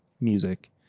music